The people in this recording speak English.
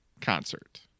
concert